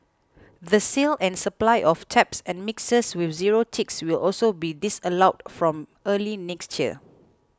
the sale and supply of taps and mixers with zero ticks will also be disallowed from early next year